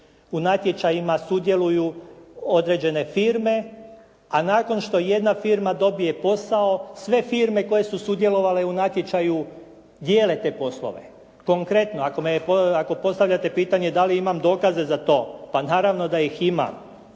u natječajima sudjeluju određene firme, a nakon što jedna firma dobije posao, sve firme koje su sudjelovale u natječaju dijele te poslove. Konkretno ako postavljate pitanje da li imam dokaze za to. Pa naravno da ih imam.